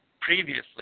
previously